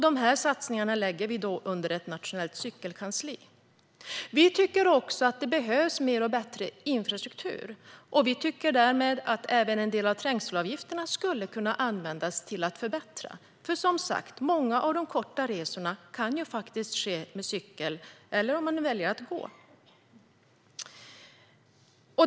Dessa satsningar lägger vi under ett nationellt cykelkansli. Det behövs bättre infrastruktur, och vi tycker därmed att även en del av trängselavgifterna skulle kunna användas till att förbättra detta, för många av de korta resorna kan som sagt ske med cykel. Man kan ju också välja att gå.